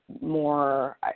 more